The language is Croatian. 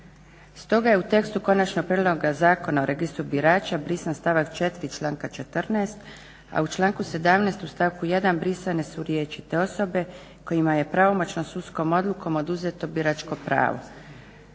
Stoga je u tekstu konačnog prijedloga Zakona o registru birača brisan stavak 4.članka 14., a u stavku 17.u stavku 1.brisane su riječi te osobe kojima je pravomoćnom sudskom odlukom oduzeto biračko pravo.